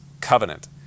covenant